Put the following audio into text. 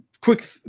quick